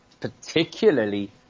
particularly